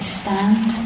stand